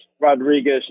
Rodriguez